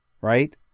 right